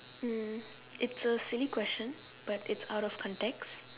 mm it's a silly question but it's out of context